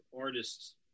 artists